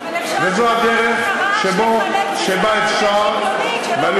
אבל אפשר לפחות את הרעש לחלק בצורה יותר שוויונית,